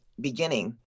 beginning